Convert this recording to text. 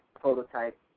prototype